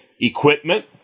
equipment